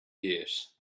gears